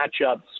matchups